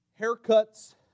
haircuts